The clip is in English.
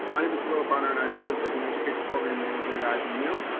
my name is de'rell bonner, and i serve as an education program manager at ibm.